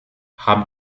haben